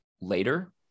later